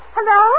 Hello